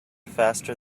faster